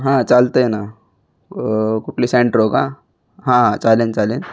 हां चालतं आहे ना कुठली सँट्रो का हां चालेल चालेल